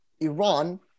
Iran